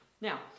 Now